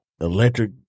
electric